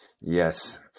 Yes